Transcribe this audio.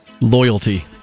loyalty